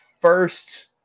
first